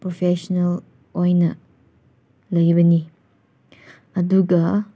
professional ꯑꯣꯏꯅ ꯂꯩꯕꯅꯤ ꯑꯗꯨꯒ